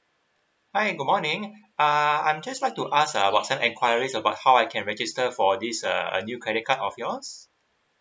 hi good morning uh I'm just like to ask uh got some enquiries about how I can register for this uh a new credit card of yours